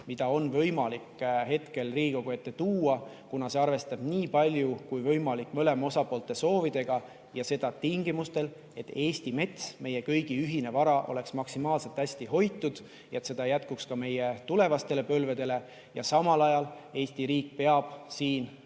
mida on võimalik hetkel Riigikogu ette tuua, kuna see arvestab nii palju kui võimalik mõlema osapoole soovidega ja seda tingimustel, et Eesti mets, meie kõigi ühine vara, oleks maksimaalselt hästi hoitud ja seda jätkuks ka meie tulevastele põlvedele. Samal ajal Eesti riik peab siin